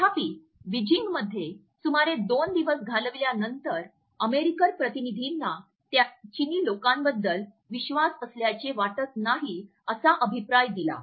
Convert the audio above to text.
तथापि बीजिंगमध्ये सुमारे दोन दिवस घालविल्या नंतर अमेरिकन प्रतिनिधींनी त्यांना चिनी लोकांबद्दल विश्वास असल्याचे वाटत नाही असा अभिप्राय दिला